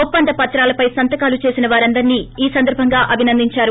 ఒప్సందం పత్రాలపై సంతకాలు చేసిన వారందరినీ ఈ సందర్బంగా అభింనందించారు